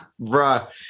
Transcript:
Bruh